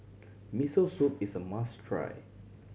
Miso Soup is a must try